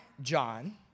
John